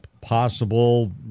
possible